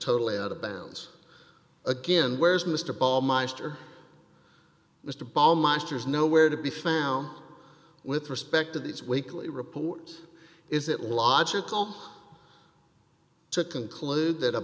totally out of bounds again where's mr ball meister mr ball mushers nowhere to be found with respect to these weekly reports is it logical to conclude that a